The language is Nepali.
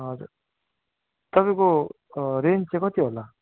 हजुर तपाईँको रेन्ज चाहिँ कति होला